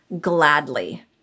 gladly